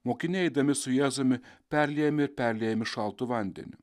mokiniai eidami su jėzumi perliejami ir perliejami šaltu vandeniu